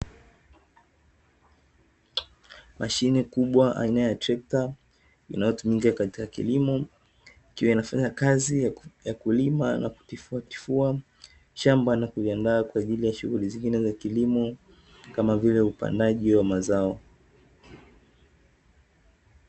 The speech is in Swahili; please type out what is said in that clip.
Mashine kubwa aina ya trekta inayotumika katika kilimo ikiwa inafanya kazi ya kulima na kutifuatifua shamba na kuviandaa kwa ajili ya shughuli zingine za kilimo, kama vile upandaji wa mazao.